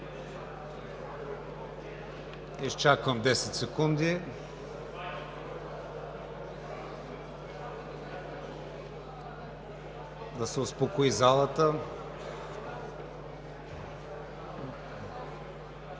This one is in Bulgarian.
Изчаквам десет секунди да се успокои залата.